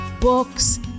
books